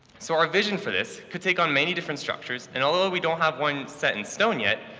so our vision for this could take on many different structures. and although we don't have one set in stone yet,